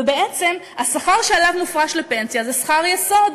ובעצם השכר שממנו מופרש לפנסיה זה שכר-יסוד.